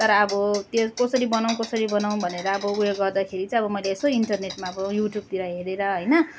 तर अब त्यो कसरी बनाउ कसरी बनाउ भनेर अब उयो गर्दाखेरि चाहिँ अब मैले यसो इन्टरनेटमा अब युट्युबतिर हेरेर होइन